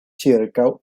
ĉirkaŭ